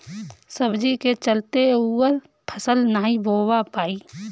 सब्जी के चलते अउर फसल नाइ बोवा पाई